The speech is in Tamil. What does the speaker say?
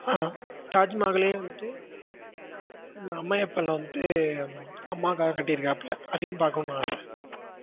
தாஜ்மகாலில் வந்துட்டு அம்மையப்பனில் வந்துட்டு அம்மாவுக்காக கட்டிருக்கிராப்ல அதையும் பார்க்கணும்ன்னு ஆசை